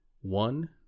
One